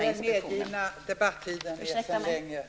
Den medgivna debattiden är sedan länge slut.